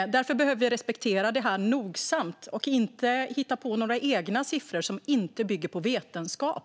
Därför behöver vi respektera detta nogsamt och inte hitta på några egna siffror som inte bygger på vetenskap.